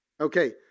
Okay